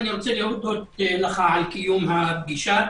אני רוצה להודות לך על קיום פגישת